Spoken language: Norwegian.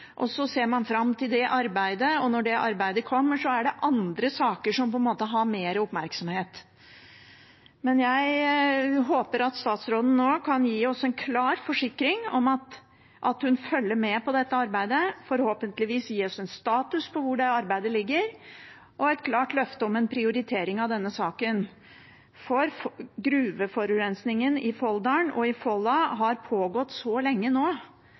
og så ser man fram til det arbeidet, og når det arbeidet kommer, er det andre saker som på en måte har mer oppmerksomhet. Jeg håper at statsråden nå kan gi oss en klar forsikring om at hun følger med på dette arbeidet, forhåpentligvis gi oss en status på hvor det arbeidet ligger, og et klart løfte om en prioritering av denne saken. For gruveforurensningen i Folldalen og i Folla har pågått så lenge nå,